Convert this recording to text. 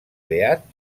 beat